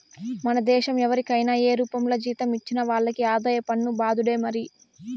మన దేశం ఎవరికైనా ఏ రూపంల జీతం ఇచ్చినా వాళ్లకి ఆదాయ పన్ను బాదుడే మరి